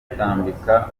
kwitambika